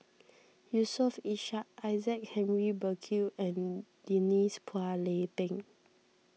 Yusof Ishak Isaac Henry Burkill and Denise Phua Lay Peng